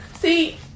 see